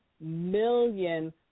million